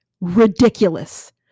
ridiculous